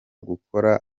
gukora